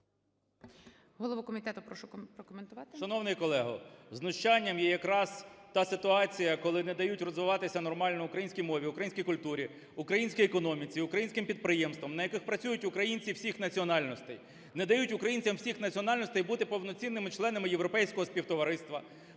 Голово комітету, прошу прокоментувати. 13:10:43 КНЯЖИЦЬКИЙ М.Л. Шановний колего, знущанням є якраз та ситуація, коли не дають розвиватися нормально українській мові, українській культурі, українській економіці, українським підприємствам, на яких працюють українці всіх національностей, не дають українцям всіх національностей бути повноцінними членами європейського співтовариства,